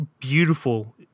beautiful